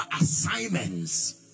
assignments